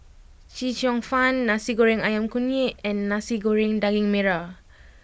Chee Cheong Fun Nasi Goreng Ayam Kunyit and Nasi Goreng Daging Merah